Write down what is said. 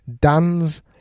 Dan's